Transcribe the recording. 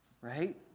right